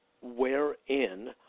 wherein